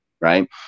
right